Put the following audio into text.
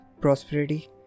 Prosperity